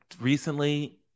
recently